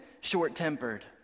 short-tempered